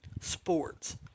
Sports